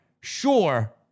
sure